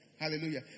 Hallelujah